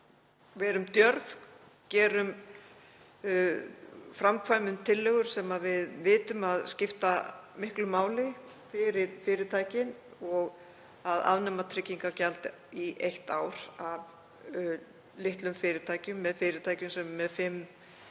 Verum djörf, framkvæmum tillögur sem við vitum að skipta miklu máli fyrir fyrirtækin. Það að afnema tryggingagjald í eitt ár hjá litlum fyrirtækjum, fyrirtækjum sem eru með fimm